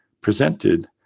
presented